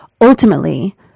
ultimately